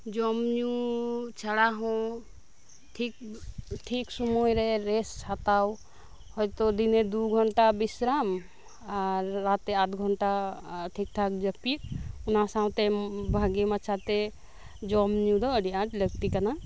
ᱡᱚᱢ ᱧᱩ ᱪᱷᱟᱲᱟ ᱦᱚᱸ ᱴᱷᱤᱠ ᱴᱷᱤᱠ ᱥᱳᱢᱳᱭ ᱨᱮ ᱨᱮᱥᱴ ᱦᱟᱛᱟᱣ ᱦᱚᱭᱛᱚ ᱫᱤᱱᱮ ᱫᱩ ᱜᱷᱚᱱᱴᱟ ᱵᱤᱥᱨᱟᱢ ᱟᱨ ᱨᱟᱛᱮ ᱟᱴ ᱜᱷᱚᱱᱴᱟ ᱴᱷᱤᱠ ᱴᱷᱟᱠ ᱡᱟᱯᱤᱫ ᱚᱱᱟ ᱥᱟᱶᱛᱮ ᱵᱷᱟᱜᱮ ᱢᱟᱪᱷᱟᱛᱮ ᱡᱚᱢ ᱧᱩ ᱫᱚ ᱟᱰᱤ ᱟᱸᱴ ᱞᱟᱠᱛᱤ ᱠᱟᱱᱟ